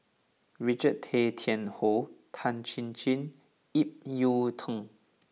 Richard Tay Tian Hoe Tan Chin Chin Ip Yiu Tung